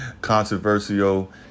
controversial